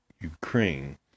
Ukraine